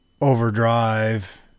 overdrive